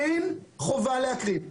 אין חובה להקרין.